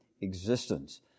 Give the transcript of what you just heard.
existence